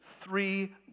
three